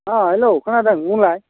अ हेल्ल' खोनादों बुंलाय